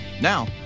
Now